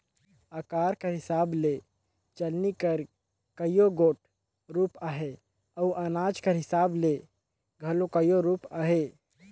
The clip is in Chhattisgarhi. अकार कर हिसाब ले चलनी कर कइयो गोट रूप अहे अउ अनाज कर हिसाब ले घलो कइयो रूप अहे